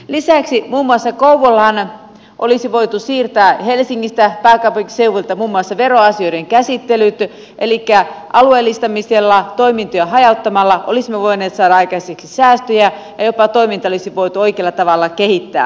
lisäksi muun muassa kouvolaan olisi voitu siirtää helsingistä pääkaupunkiseudulta muun muassa veroasioiden käsittelyt elikkä alueellistamisella toimintoja hajauttamalla olisimme voineet saada aikaiseksi säästöjä ja jopa toimintaa olisi voitu oikealla tavalla kehittää